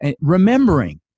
Remembering